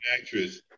actress